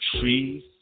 trees